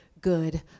Good